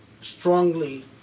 strongly